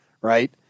right